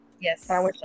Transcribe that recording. yes